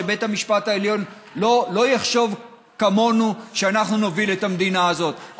שבית המשפט העליון לא יחשוב כמונו כשאנחנו נוביל את המדינה הזאת,